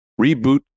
Reboot